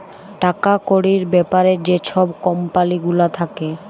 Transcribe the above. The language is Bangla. টাকা কড়ির ব্যাপারে যে ছব কম্পালি গুলা থ্যাকে